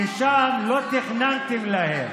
כי שם לא תכננתם להם,